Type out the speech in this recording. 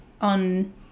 on